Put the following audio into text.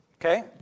okay